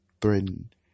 threatened